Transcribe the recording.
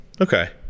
Okay